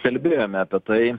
kalbėjome apie tai